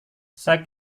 saya